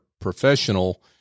professional